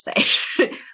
say